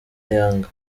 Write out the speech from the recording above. yanga